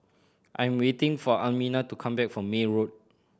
I am waiting for Almina to come back from May Road